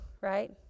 right